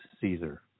Caesar